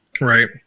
Right